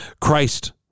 Christ